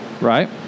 Right